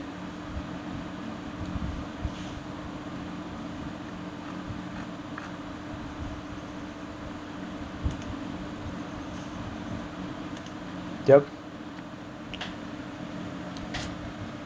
yup